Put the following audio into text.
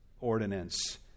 ordinance